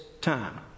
time